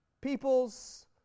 people's